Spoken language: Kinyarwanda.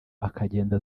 akagenda